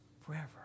forever